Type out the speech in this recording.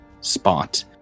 spot